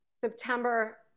September